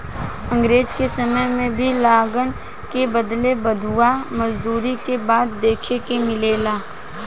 अंग्रेज के समय में भी लगान के बदले बंधुआ मजदूरी के बात देखे के मिलेला